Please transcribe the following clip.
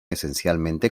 esencialmente